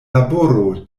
laboro